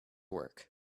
work